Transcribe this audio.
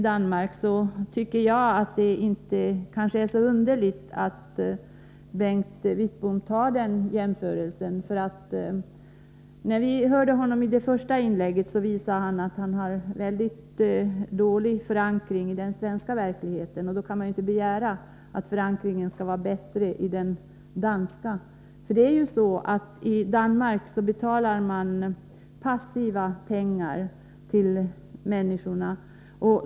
Det är inte så underligt med Bengt Wittboms jämförelse med Danmark. I det första inlägget visade han att han har en mycket dålig förankring i den svenska verkligheten, och då kan man ju inte begära att förankringen skall vara bättre beträffande Danmark. I Danmark betalar man nämligen passiva pengar till människorna.